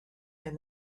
and